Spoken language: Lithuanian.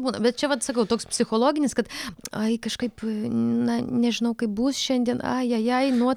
būna bet čia vat sakau toks psichologinis kad ai kažkaip na nežinau kaip bus šiandien ai ja jai nuotaika